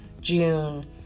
June